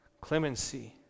clemency